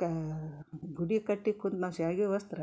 ಕಾ ಗುಡಿ ಕಟ್ಟಿ ಕುಂತು ನಾವು ಸ್ಯಾವ್ಗಿ ಒಸ್ತ್ರ